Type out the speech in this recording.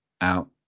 out